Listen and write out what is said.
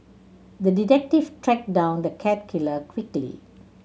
the detective tracked down the cat killer quickly